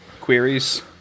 queries